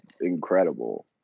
incredible